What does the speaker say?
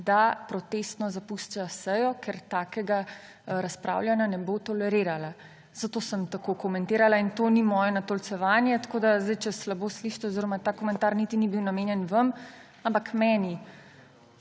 da protestno zapušča sejo, ker takega razpravljanja ne bo tolerirala. Zato sem tako komentirala in to ni moje natolcevanje. Tako da zdaj, če slabo slišite … Oziroma ta komentar niti ni bil namenjen vam, ampak meni.